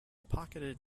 pocketed